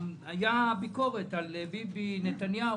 הייתה ביקורת על ביבי נתניהו,